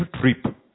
trip